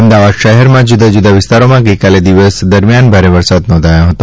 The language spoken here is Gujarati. અમદાવાદ શહેરમાં જુદા જુદા વિસ્તારોમાં ગઈકાલે દિવસ દરમિયાન ભારે વરસાદ નોંધાયો હતો